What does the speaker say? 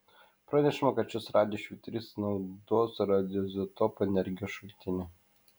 pranešama kad šis radijo švyturys naudos radioizotopų energijos šaltinį